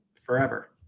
forever